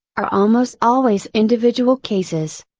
are almost always individual cases.